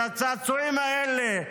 את הצעצועים האלה,